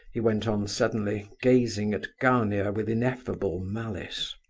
he went on suddenly, gazing at gania with ineffable malice.